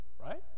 right